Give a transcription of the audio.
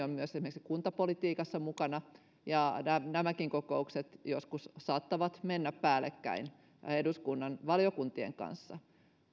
on myös esimerkiksi kuntapolitiikassa mukana ja nämäkin kokoukset joskus saattavat mennä päällekkäin eduskunnan valiokuntien kanssa